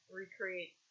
recreate